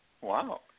Wow